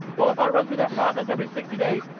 well if i run through that process every sixty days,